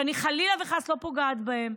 שאני חלילה וחס לא פוגעת בהן,